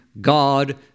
God